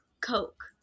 Coke